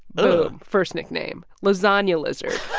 boom, first nickname. lasagna lizard,